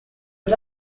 but